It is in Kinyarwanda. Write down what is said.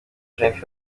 jeanette